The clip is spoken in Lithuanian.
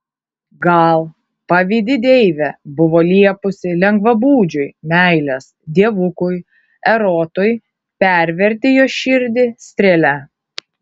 gal pavydi deivė buvo liepusi lengvabūdžiui meilės dievukui erotui perverti jos širdį strėle